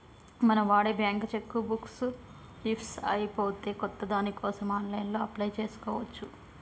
మనం వాడే bank cheque book leaves అయిపోతే కొత్త దానికోసం ఆన్లైన్లో అప్లై చేసుకోవచ్చు